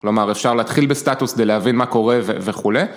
כלומר, אפשר להתחיל בסטטוס, כדי להבין מה קורה וכולי.